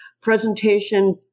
presentation